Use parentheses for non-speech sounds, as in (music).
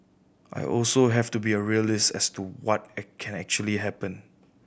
I also have to be a realist as to what (unintelligible) can actually happen